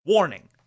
Warning